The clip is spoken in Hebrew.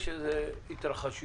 יש איזה התרחשויות,